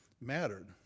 mattered